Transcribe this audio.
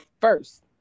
first